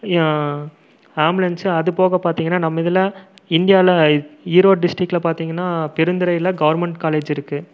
ambulance அது போக பார்த்தீங்கன்னா நம்ம இதில் இந்தியாவில் ஈரோடு டிஸ்ட்ரிக்கில் பார்த்தீங்கன்னா பெருந்துறையில் கவர்ன்மெண்ட் காலேஜ் இருக்கு